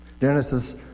Genesis